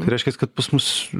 reiškias kad pas mus